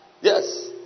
Yes